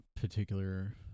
particular